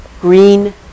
green